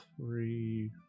three